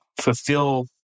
fulfill